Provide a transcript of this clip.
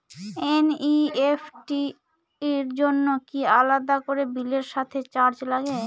NEFT র জন্য কি আলাদা করে বিলের সাথে চার্জ লাগে?